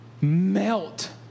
melt